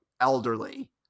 elderly